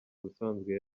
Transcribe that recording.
ubusanzwe